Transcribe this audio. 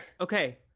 okay